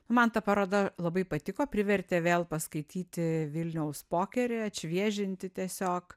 man ta paroda labai patiko privertė vėl paskaityti vilniaus pokerį atšviežinti tiesiog